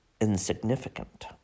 insignificant